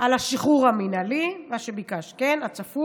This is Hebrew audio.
על השחרור המינהלי הצפוי,